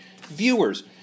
viewers